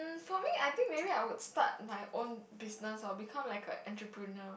for me I think maybe I would start my own business or become like a entrepreneur